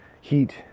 heat